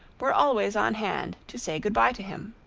were always on hand to say goodby to him.